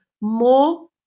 more